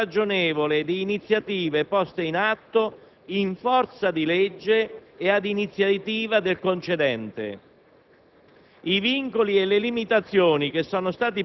costituisce una lesione del tutto irragionevole di iniziative poste in atto in forza di legge e ad iniziativa del concedente.